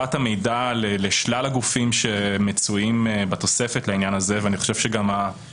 הרי אנחנו מדברים על מסירת מידע לגוף שזכאי לקבל את המידע.